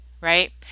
right